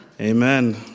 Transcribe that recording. Amen